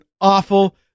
awful